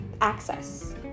access